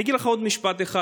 אני אגיד לך עוד משפט אחד,